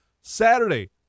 Saturday